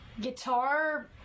guitar